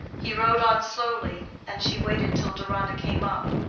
he rode on slowly, and she waited till deronda came up.